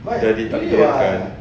dah ditakdirkan